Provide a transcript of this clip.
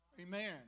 Amen